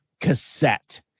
cassette